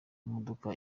imodoka